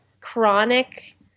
chronic